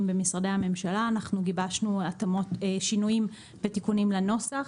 במשרדי הממשלה אנחנו גיבשנו שינויים ותיקונים לנוסח.